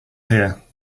here